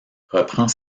reprend